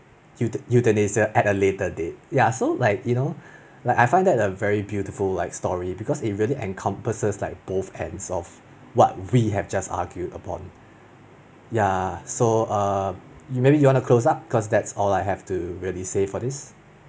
euthaeutha~ euthanasia at a later date ya so like you know like I find that a very beautiful like story because it really encompasses both and solves what we have just argued upon ya so err you maybe you wan to close up cause that's all I have to really say for this